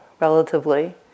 relatively